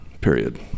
period